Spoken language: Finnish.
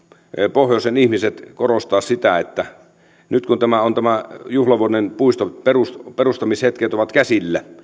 pohjoisen ihmiset korostaa sitä että nyt kun tämän juhlavuoden puiston perustamishetket ovat käsillä